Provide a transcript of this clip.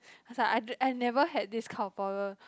I was like I I never had this kind of problem